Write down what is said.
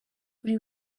buri